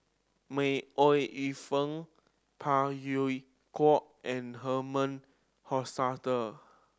May Ooi Yu Fen Phey Yew Kok and Herman Hochstadt